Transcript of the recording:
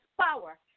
power